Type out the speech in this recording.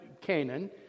Canaan